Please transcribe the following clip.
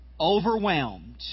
Overwhelmed